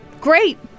great